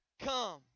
come